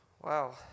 Wow